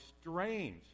strange